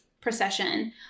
procession